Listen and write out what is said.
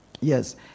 Yes